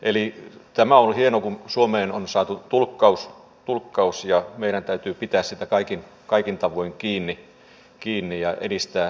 eli tämä on hienoa kun suomeen on saatu tulkkaus ja meidän täytyy pitää siitä kaikin tavoin kiinni ja edistää sitä